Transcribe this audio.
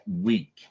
week